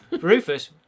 Rufus